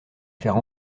faire